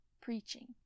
preaching